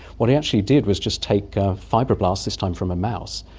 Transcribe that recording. what he actually did was just take ah fibroblasts, this time from a mouse,